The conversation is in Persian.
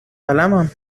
قلمم